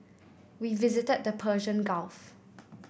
we visited the Persian Gulf